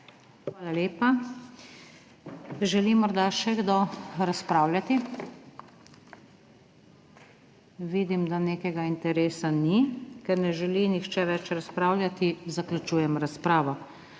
Hvala lepa. Želi morda še kdo razpravljati? Vidim, da nekega interesa ni. Ker ne želi nihče več razpravljati, zaključujem razpravo.